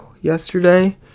yesterday